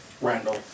Randall